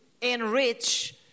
enrich